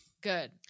good